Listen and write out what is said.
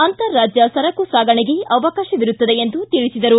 ಅಂತಾರಾಜ್ಯ ಸರಕು ಸಾಗಣೆಗೆ ಅವಕಾಶವಿರುತ್ತದೆ ಎಂದು ತಿಳಿಸಿದರು